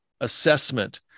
assessment